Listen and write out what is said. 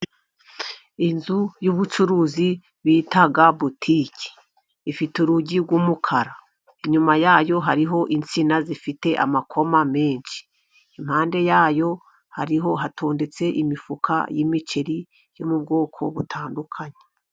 Inzu y'ubucuruzi bita butike ifite urugi rw'umukara, inyuma yayo hariho insina zifite amakoma menshi, impande yayo hariho hatondetse imifuka y'imiceri yo mu bwoko butandukanye.